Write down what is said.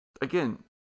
Again